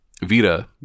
Vita